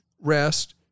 rest